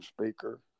speaker